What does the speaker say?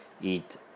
eat